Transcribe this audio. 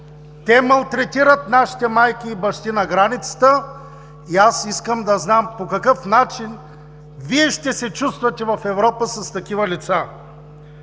Те малтретират нашите майки и бащи на границата. Аз искам да знам по какъв начин Вие ще се чувствате в Европа с такива лица!